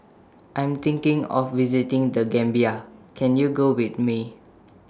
I Am thinking of visiting The Gambia Can YOU Go with Me